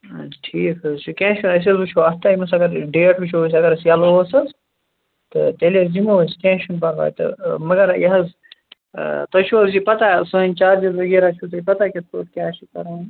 اَدٕ ٹھیٖک حظ چھُ کیٚنٛہہ چھُنہٕ أسۍ حظ وُچھو اَتھ ٹایمس اگر ڈیٹ وچھو أسۍ اگر أسۍ یلہٕ اوس حظ تہٕ تیٚلہِ حظ یِمو أسۍ کیٚنٛہہ چھُنہٕ پَرواے تہٕ مگر یہِ حظ ٲں تۄہہِ چھُو حظ یہِ پَتہ سٲنۍ چارجِز وغیرہ چھُوَ تۄہہِ پَتہ کِتھ پٲٹھۍ کیاہ چھُ کَرُن